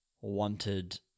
wanted